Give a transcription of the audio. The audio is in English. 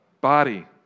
Body